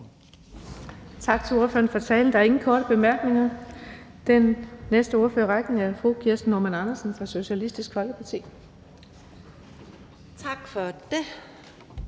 Tak for ordet.